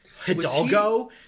Hidalgo